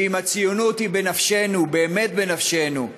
שאם הציונות היא בנפשנו, באמת בנפשנו,